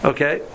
Okay